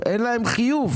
אין להם חיוב.